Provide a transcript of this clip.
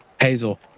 Hazel